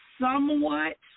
somewhat